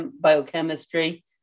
biochemistry